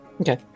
okay